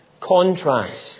contrast